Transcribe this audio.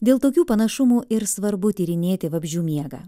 dėl tokių panašumų ir svarbu tyrinėti vabzdžių miegą